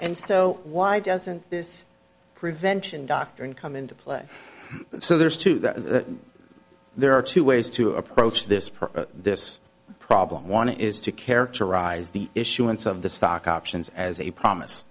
and so why doesn't this prevention doctrine come into play so there's two that there are two ways to approach this per this problem one is to characterize the issuance of the stock options as a promise